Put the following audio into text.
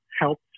help